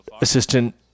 assistant